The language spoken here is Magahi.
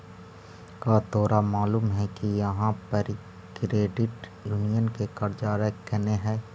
का तोरा मालूम है कि इहाँ पड़ी क्रेडिट यूनियन के कार्यालय कने हई?